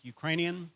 Ukrainian